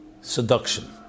seduction